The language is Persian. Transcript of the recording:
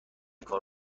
کار